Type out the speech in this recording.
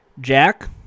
Jack